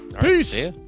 Peace